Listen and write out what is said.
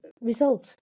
result